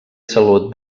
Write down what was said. salut